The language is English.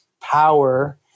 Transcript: power